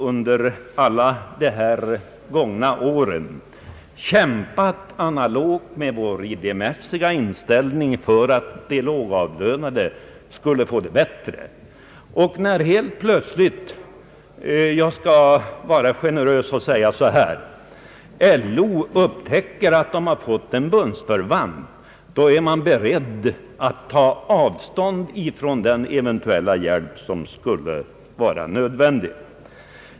Under gångna år har centerpartiet analogt med vår idémässiga inställning kämpat för att de lågavlönade skulle få det bättre. Och när helt plötsligt — jag skall vara generös och säga så här — LO upptäcker att man fått en bundsförvant, då är man beredd att ta avstånd från den eventuella hjälp som skulle kunna vara nödvändig.